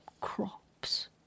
crops